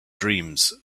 dreams